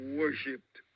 worshipped